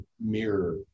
mirror